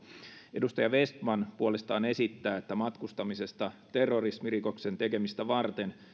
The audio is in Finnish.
edustaja vestman puolestaan esittää että matkustamisesta terrorismirikoksen tekemistä varten